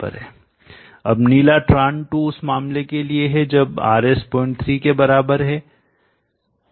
अब नीला Tran 2 उस मामले के लिए है जब Rs 03 के बराबर है